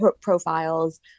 Profiles